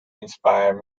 inspire